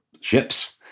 ships